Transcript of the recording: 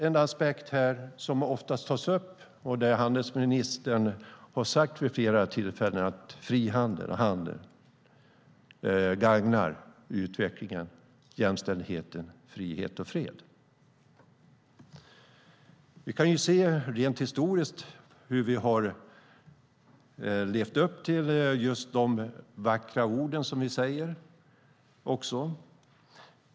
En aspekt som ofta tas upp och som handelsministern har uttalat sig om vid flera tillfällen är att frihandel och handel gagnar utveckling, jämställdhet, frihet och fred. Vi kan se rent historiskt hur vi har levat upp till de vackra orden.